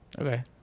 Okay